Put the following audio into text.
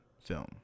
film